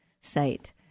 site